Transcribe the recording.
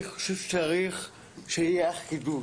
אני חושב שצריך שתהיה אחידות,